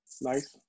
nice